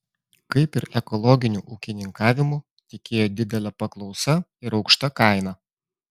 kaip ir ekologiniu ūkininkavimu tikėjo didele paklausa ir aukšta kaina